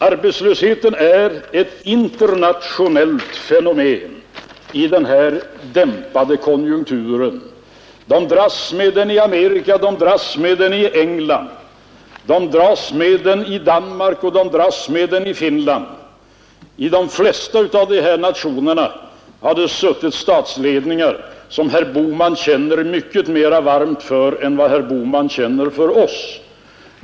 Arbetslösheten är ett internationellt fenomen i den här dämpade konjunkturen. De dras med den i Amerika och i England, i Danmark och i Finland. I de flesta av de här nationerna har det suttit statsledningar, som herr Bohman känner mycket mera varmt för än vad han känner för oss.